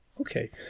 Okay